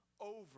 over